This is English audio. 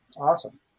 Awesome